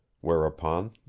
whereupon